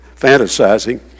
fantasizing